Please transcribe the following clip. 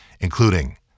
including